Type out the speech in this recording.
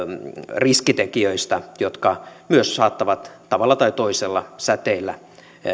riskitekijöistä jotka myös saattavat tavalla tai toisella säteillä